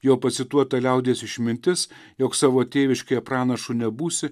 jo pacituota liaudies išmintis jog savo tėviškėje pranašu nebūsi